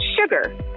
sugar